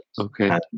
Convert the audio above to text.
Okay